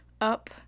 up